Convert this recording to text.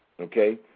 okay